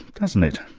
doesn't it?